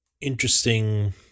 interesting